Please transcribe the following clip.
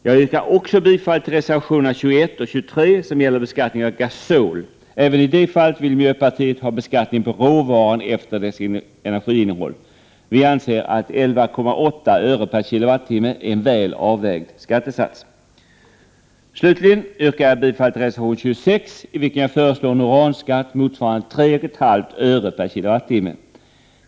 Jag yrkar också bifall till reservationerna 21 och 23, som gäller beskattningen av gasol. Även i det fallet vill miljöpartiet ha beskattning på råvaran efter dess energiinnehåll. Vi anser att 11,8 öre k Wh.